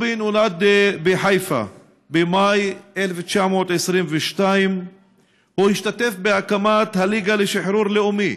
טובי נולד בחיפה במאי 1922. הוא השתתף בהקמת הליגה לשחרור לאומי,